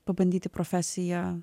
pabandyti profesiją